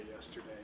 yesterday